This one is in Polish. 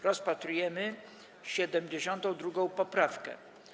Rozpatrujemy 72. poprawkę.